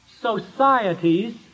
societies